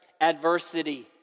Adversity